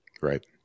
right